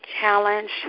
challenge